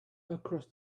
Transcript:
across